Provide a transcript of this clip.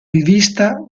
rivista